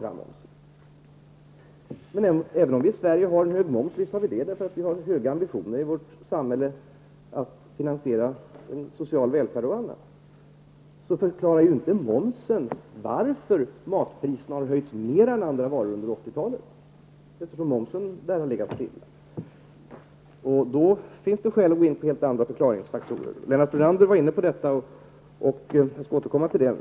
Visst har vi i Sverige en hög moms, eftersom vi har höga ambitioner i vårt samhälle att finansiera social välfärd och annat. Men momsen förklarar inte varför matpriserna under 80-talet höjts mer än priserna på andra varor. Momsen har ju hela tiden legat still. Det finns i det avseendet skäl i att pröva helt andra förklaringsfaktorer. Lennart Brunander var inne på detta, och jag skall återkomma till det.